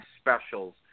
specials